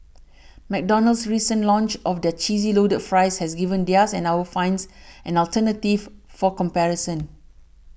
McDonald's recent launch of their cheesy loaded fries has given theirs and our fans an alternative for comparison